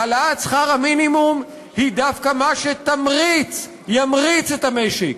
העלאת שכר המינימום היא דווקא מה שימריץ את המשק.